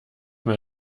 mal